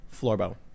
Florbo